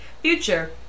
Future